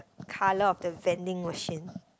colour of the vending machine